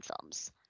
films